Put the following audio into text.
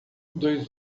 dois